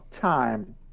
time